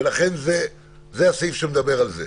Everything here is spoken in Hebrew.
ולכן זה הסעיף שמדבר על זה.